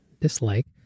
dislike